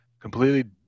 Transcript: completely